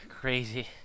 Crazy